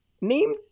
Name